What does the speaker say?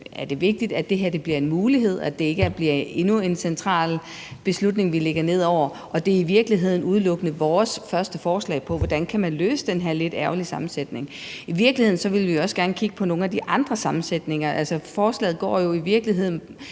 er det vigtigt, at det her bliver en mulighed, og at det ikke bliver endnu en central beslutning, som vi lægger ned over det. Og det er i virkeligheden udelukkende vores første forslag til, hvordan man kan løse det med den her lidt ærgerlige sammensætning. I virkeligheden vil vi også gerne kigge på nogle af de andre sammensætninger. Altså, forslaget går jo i virkeligheden